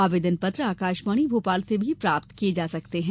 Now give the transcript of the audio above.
आवेदन पत्र आकाशवाणी भोपाल से भी प्राप्त किये जा सकते हैं